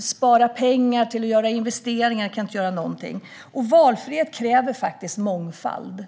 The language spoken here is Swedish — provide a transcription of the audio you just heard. spara pengar till att göra investeringar. Man kan inte göra någonting. Valfrihet kräver mångfald.